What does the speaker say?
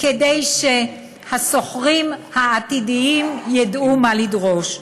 כדי שהשוכרים העתידיים ידעו מה לדרוש: